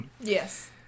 Yes